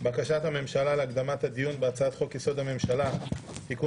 בקשת הממשלה להקדמת הדיון בהצעת חוק-יסוד: הממשלה (תיקון